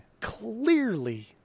Clearly